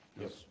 yes